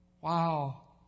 Wow